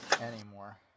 anymore